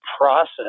process